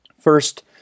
First